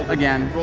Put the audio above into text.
again.